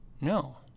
no